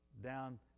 Down